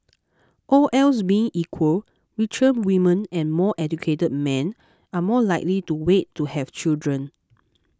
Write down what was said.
all else being equal richer women and more educated men are more likely to wait to have children